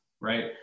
right